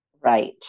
Right